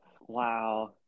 wow